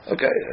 Okay